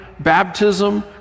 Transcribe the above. Baptism